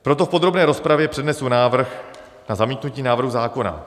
Proto v podrobné rozpravě přednesu návrh na zamítnutí návrhu zákona.